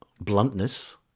bluntness